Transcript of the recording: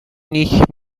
nicht